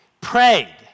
prayed